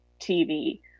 TV